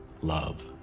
Love